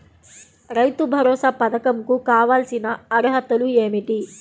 రైతు భరోసా పధకం కు కావాల్సిన అర్హతలు ఏమిటి?